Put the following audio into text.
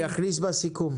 אני אכניס בסיכום.